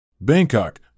Bangkok